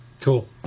cool